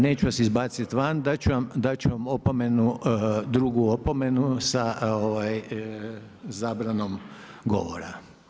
Neću vas izbaciti van, dat ću vam opomenu, drugu opomenu sa zabranom govora.